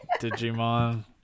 Digimon